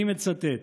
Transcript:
אני מצטט: